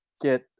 get